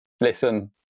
Listen